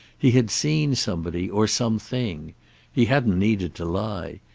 he had seen somebody, or something. he hadn't needed to lie.